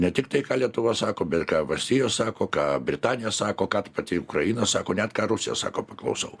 ne tik tai ką lietuva sako bet ką valstijos sako ką britanija sako ką ta pati ukraina sako net ką rusija sako paklausau